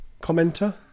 commenter